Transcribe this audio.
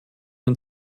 ein